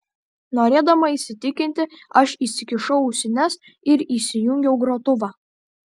norėdama įsitikinti aš įsikišau ausines ir įsijungiau grotuvą